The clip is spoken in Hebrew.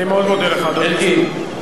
אני מאוד מודה לך, אדוני.